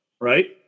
right